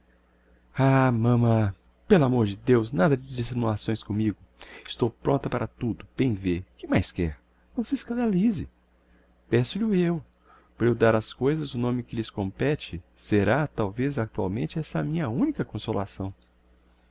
mamã pelo amor de deus nada de dissimulações para commigo estou prompta para tudo bem vê que mais quer não se escandalize peço lho eu por eu dar ás coisas o nome que lhes compete será talvez actualmente essa a minha unica consolação